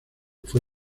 fue